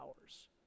hours